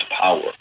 power